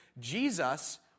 Jesus